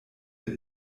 mit